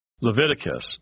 Leviticus